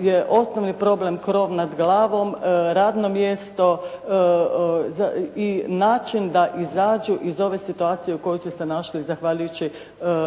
je osnovni problem krov nad glavom, radno mjesto i način da izađu iz ove situacije u kojoj su se našli zahvaljujući